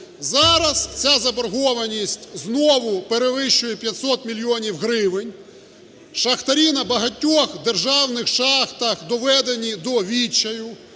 Зараз ця заборгованість знову перевищує 500 мільйонів гривень. Шахтарі на багатьох державних шахтах доведені до відчаю,